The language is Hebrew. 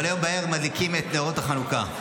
אבל היום בערב מדליקים את נרות חנוכה.